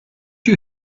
you